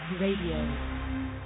Radio